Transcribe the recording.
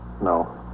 No